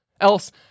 Else